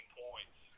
points